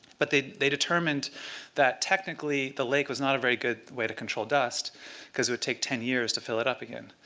but they they determined that technically, the lake was not a very good way to control dust because it would take ten years to fill it up again.